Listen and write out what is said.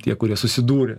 tie kurie susidūrę